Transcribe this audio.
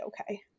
okay